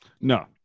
No